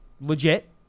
Legit